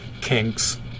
kinks